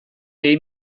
egin